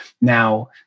Now